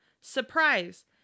Surprise